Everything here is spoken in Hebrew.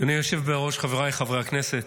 אדוני היושב בראש, חבריי חברי הכנסת,